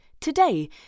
today